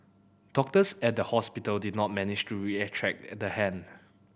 doctors at the hospital did not manage to reattach the hand